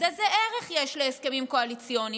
אז איזה ערך יש להסכמים קואליציוניים?